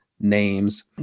names